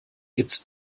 its